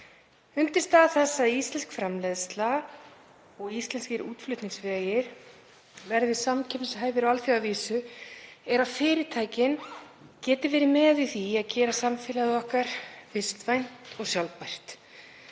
Undirstaða þess að íslensk framleiðsla og íslenskar útflutningsgreinar verði samkeppnishæfar á alþjóðavísu er að fyrirtækin geti verið með í því að gera samfélagið okkar vistvænt og sjálfbært.